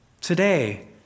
Today